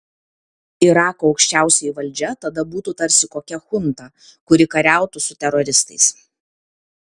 irako aukščiausioji valdžia tada būtų tarsi kokia chunta kuri kariautų su teroristais